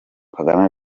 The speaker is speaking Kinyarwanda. kagame